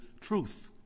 truth